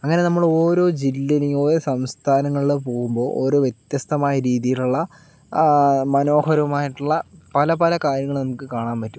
അങ്ങനെ നമ്മൾ ഓരോ ജില്ലയിലെയും ഓരോ സംസ്ഥാനങ്ങളിലും പോകുമ്പോൾ ഓരോ വ്യത്യസ്ഥമായ രീതിയിലുള്ള മനോഹരമായിട്ടുള്ള പല പല കാര്യങ്ങള് നമുക്കു കാണാന് പറ്റും